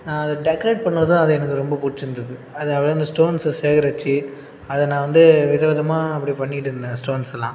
நான் டெக்கரேட் பண்ணிணதும் அது எனக்கு ரொம்ப பிடிச்சிருந்துது அது அவ்வளோவா அந்த ஸ்டோன்ஸை சேகரிச்சு அதை நான் வந்து விதவிதமாக அப்படி பண்ணிகிட்டிருந்தேன் ஸ்டோன்ஸெலாம்